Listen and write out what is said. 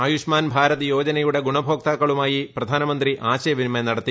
ആയുഷ്മാൻ ഭാരത് യോജനയുടെ ഗുണഭോക്താക്കളുമായി പ്രധാനമന്ത്രി ആശയവിനിമയം നടത്തി